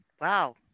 Wow